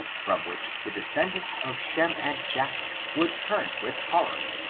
from which the descendants of shem and japheth would turn with horror,